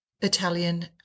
Italian